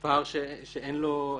זה פער שאין לו הצדקה.